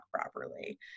properly